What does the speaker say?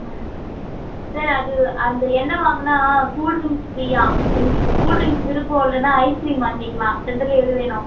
ம் சார் அது அந்த எண்ணெய் வாங்குனா கூல்ட்ரிங்ஸ் ஃப்ரீயாக உங்களுக்கு கூல்ட்ரிங்ஸ் விருப்பம் இல்லைனா ஐஸ் க்ரீம் வாங்கிக்கலாம் ரெண்டில் எது வேணும்